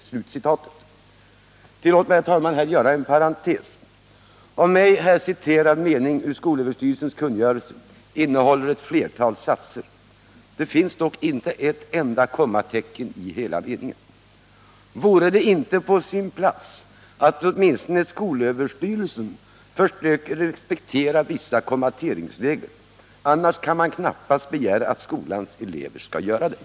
Tillåt mig, herr talman, här göra en parentes. Av mig här citerad mening ur skolöverstyrelsens kungörelse innehåller ett flertal satser. Det finns dock inte ett enda kommatecken i meningen. Vore det inte på sin plats, att åtminstone skolöverstyrelsen försökte respektera vissa kommateringsregler? Annars kan man knappast begära att skolans elever skall göra det.